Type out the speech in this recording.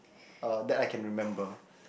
uh that I can remember